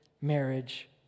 marriage